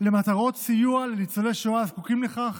למטרות סיוע לניצולי שואה הזקוקים לכך,